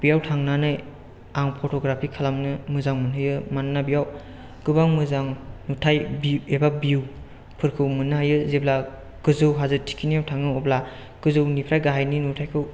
बेयाव थांनानै आं फट'ग्राफि खालामनो मोजां मोनहैयो मानोना बेयाव गोबां मोजां नुथाइ एबा भिउ फोरखौ मोननो हायो जेब्ला गोजौ हाजो थिखिनियाव थाङो अब्ला गोजौनिफ्राय गाहायनि नुथाइखौ